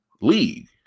league